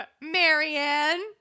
Marianne